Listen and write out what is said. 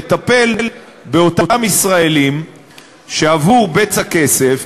לטפל באותם ישראלים שעבור בצע כסף,